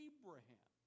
Abraham